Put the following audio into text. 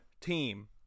Team